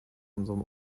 unserem